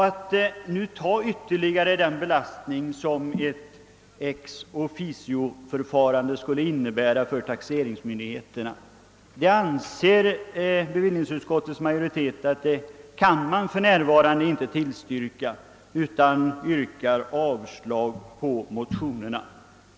Att man skulle ta ytterligare den belastning som ett ex officio-förfarande skulle medföra för taxeringsmyndigheterna anser sig utskottsmajoriteten för närvarande inte kunna tillstyrka, utan avstyrker motionerna.